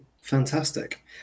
Fantastic